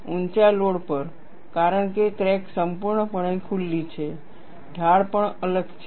ઊંચા લોડ પર કારણ કે ક્રેક સંપૂર્ણપણે ખુલ્લી છે ઢાળ પણ અલગ છે